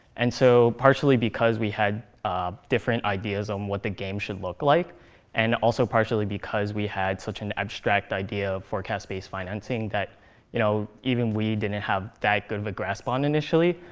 and so partially because we had different ideas on what the game should look like and also partially because we had such an abstract idea of forecast-based financing that you know even we didn't have that good of a grasp on initially,